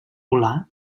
volar